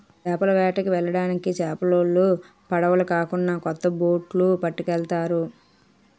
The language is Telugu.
చేపల వేటకి వెళ్ళడానికి చేపలోలు పడవులు కాకున్నా కొత్త బొట్లు పట్టుకెళ్తారు